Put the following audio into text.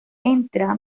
entra